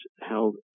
held